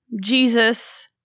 Jesus